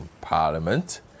Parliament